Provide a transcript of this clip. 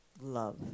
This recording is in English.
love